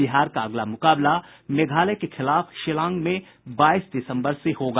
बिहार का अगला मुकाबला मेघालय के खिलाफ शिलांग में बाईस दिसम्बर से होगा